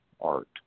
art